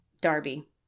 Darby